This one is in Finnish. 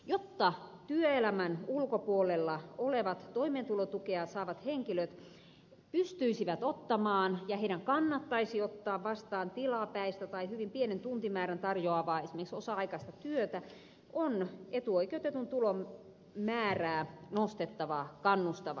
jotta työelämän ulkopuolella olevat toimeentulotukea saavat henkilöt pystyisivät ottamaan ja heidän kannattaisi ottaa vastaan tilapäistä tai hyvin pienen tuntimäärän tarjoavaa esimerkiksi osa aikaista työtä on etuoikeutetun tulon määrää nostettava kannustavammaksi